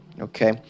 okay